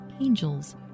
angels